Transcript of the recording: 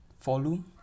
volume